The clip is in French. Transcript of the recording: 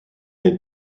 est